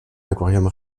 aquarium